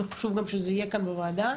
וחשוב גם שזה יהיה כאן בוועדה,